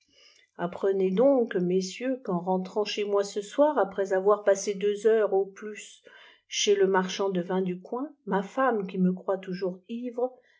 apprenez donc messieurs qu'en rentrant chez moi ce soir après avoir passé deux heures au plus chez le marchand de viii du coin ma femrne qui me croit toujours ivre